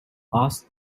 ask